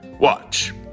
Watch